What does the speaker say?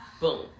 Boom